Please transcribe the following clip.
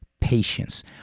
patience